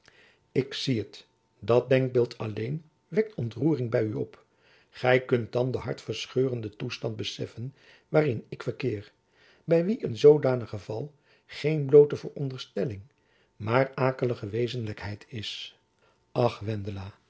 ik zie het dat denkbeeld alleen wekt ontroering by u op gy kunt dan den hartverscheurenden toestand beseffen waarin ik verkeer by wie een zoodanig geval geen bloote veronderstelling maar akelige wezenlijkheid is ach